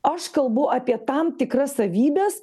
aš kalbu apie tam tikras savybes